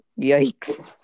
Yikes